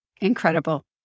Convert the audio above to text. incredible